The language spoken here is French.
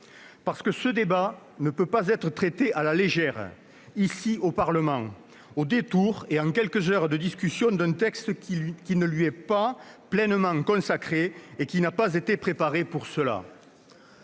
Parce que ce débat ne peut pas être traité à la légère, au Parlement, au détour- et en quelques heures de discussion -d'un texte qui ne lui est pas entièrement consacré et qui n'a pas été préparé dans ce